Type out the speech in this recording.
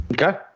Okay